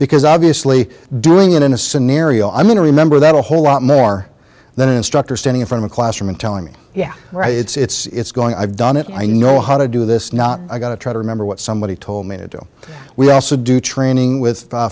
because obviously doing it in a scenario i'm going to remember that a whole lot more than an instructor standing from a classroom and telling me yeah right it's going i've done it i know how to do this not i got to try to remember what somebody told me to do we also do training with